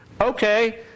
Okay